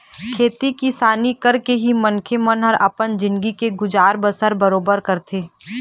खेती किसानी करके ही मनखे मन ह अपन जिनगी के गुजर बसर बरोबर करथे